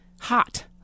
hot